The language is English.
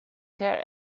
care